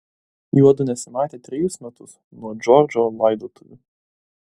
juodu nesimatė trejus metus nuo džordžo laidotuvių